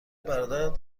برادرت